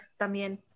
también